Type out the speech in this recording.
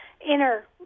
inner